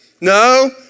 no